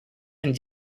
and